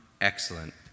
Excellent